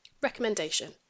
Recommendation